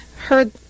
heard